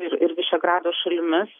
ir ir višegrado šalimis